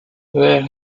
where